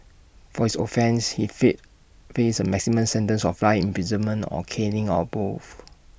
for his offence he faced A maximum sentence of life imprisonment or caning or both